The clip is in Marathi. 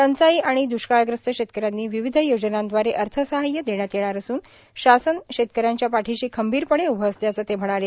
टंचाई आणि दुष्काळग्रस्त शेतकऱ्यांनी विविध योजनांद्वारे अर्थसहाय्य देण्यात येणार असून शासन शेतकऱ्यांच्या पाठिशी खंबीरपणे उभं असल्याचं ते म्हणाले